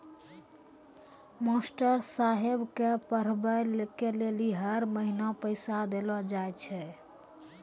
master साहेब के पढ़बै के लेली हर महीना पैसा देलो जाय छै